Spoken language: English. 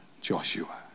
Joshua